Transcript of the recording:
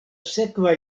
sekva